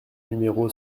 numéro